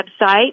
website